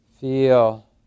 feel